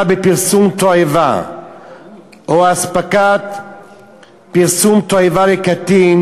בפרסום תועבה או אספקת פרסום תועבה לקטין,